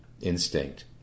instinct